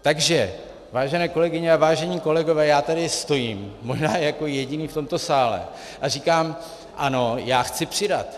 Takže vážené kolegyně a vážení kolegové, já tady stojím, možná jako jediný v tomto sále, a říkám ano, já chci přidat.